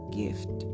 gift